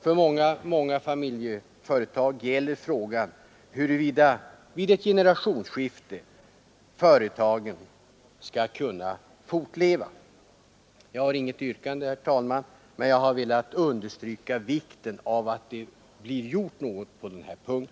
För många familjeföretag gäller frågan, huruvida vid ett generationsskifte företaget skall kunna fortleva. Jag har inget yrkande, herr talman, men jag har velat understryka vikten av att någonting blir gjort på denna punkt.